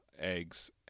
eggs